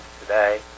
today